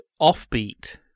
offbeat